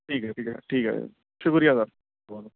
ٹھیک ہے ٹھیک ہے ٹھیک ہے شکریہ سر